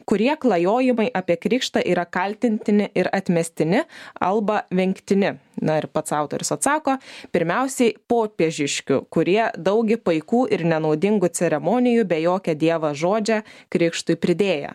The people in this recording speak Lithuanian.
kurie klajojimai apie krikštą yra kaltintini ir atmestini alba vengtini na ir pats autorius atsako pirmiausiai popiežiški kurie daugi paikų ir nenaudingų ceremonijų be jokio dieva žodžia krikštui pridėję